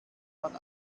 man